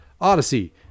Odyssey